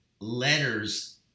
letters